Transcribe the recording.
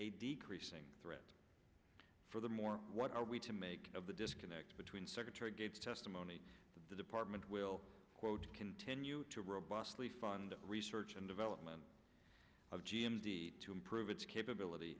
a decreasing threat for the more what are we to make of the disconnect between secretary gates testimony the department will continue to robustly fund research and development of g m z to improve its capability